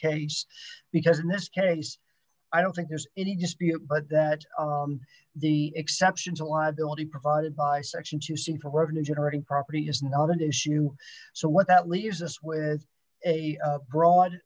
case because in this case i don't think there's any dispute but that the exceptions a liability provided by section to see forever new generating property is not an issue so what that leaves us with a broad